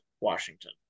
Washington